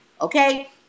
Okay